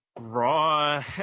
raw